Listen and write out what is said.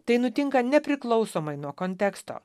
tai nutinka nepriklausomai nuo konteksto